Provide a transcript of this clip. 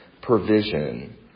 provision